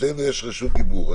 אצלנו יש רשות דיבור.